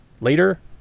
Later